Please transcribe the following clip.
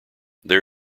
there